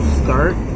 start